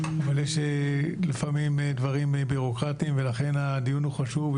יש לפעמים דברים ביורוקרטים ולכן הדיון הוא חשוב,